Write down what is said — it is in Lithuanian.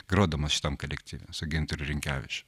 grodamas šitam kalektyve su gintaru rinkevičiu